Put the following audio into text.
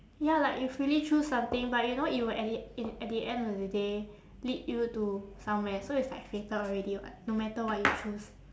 ya like you freely choose something but you know it will at the in at the end of the day lead you to somewhere so it's like fated already [what] no matter what you choose